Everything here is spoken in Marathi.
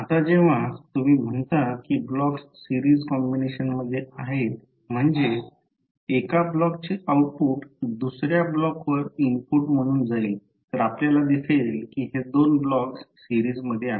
आता जेव्हा तुम्ही म्हणता की ब्लॉक्स सिरीज कॉम्बिनेशन मध्ये आहेत म्हणजे एका ब्लॉकचे आउटपुट दुसर्या ब्लॉकवर इनपुट म्हणून जाईल तर आपल्याला दिसेल की हे दोन ब्लॉक्स सिरीज मधे आहेत